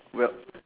well